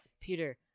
Peter